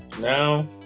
Now